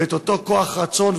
ואת אותו כוח רצון,